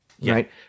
Right